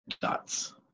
dots